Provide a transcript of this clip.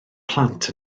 plant